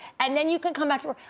and then you could come back to work.